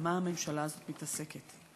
במה הממשלה הזאת מתעסקת?